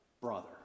brother